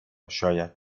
شاید